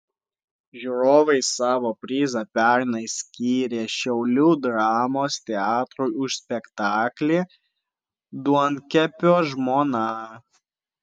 žiūrovai savo prizą pernai skyrė šiaulių dramos teatrui už spektaklį duonkepio žmona